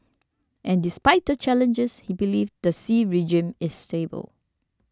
and despite the challenges he believes the Xi regime is stable